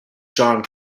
john